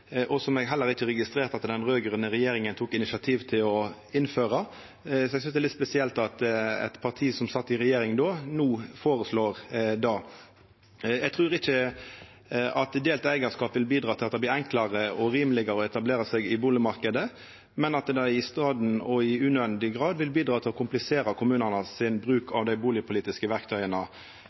å innføra. Så eg synest det er litt spesielt at eit parti som sat i regjering då, no føreslår det. Eg trur ikkje at delt eigarskap vil bidra til at det blir enklare og rimelegare å etablera seg i bustadmarknaden, men at det i staden – og i unødvendig grad – vil bidra til å komplisera kommunane sin bruk av dei bustadpolitiske verktøya.